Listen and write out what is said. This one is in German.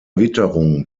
witterung